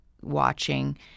watching